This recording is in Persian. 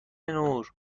نور